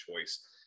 choice